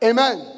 Amen